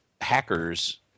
hackers –